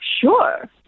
sure